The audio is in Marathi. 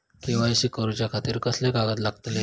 के.वाय.सी करूच्या खातिर कसले कागद लागतले?